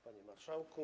Panie Marszałku!